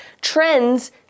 Trends